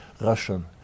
Russian